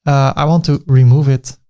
i want to remove it,